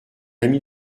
ami